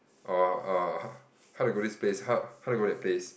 oh oh how to go this place how how to go that place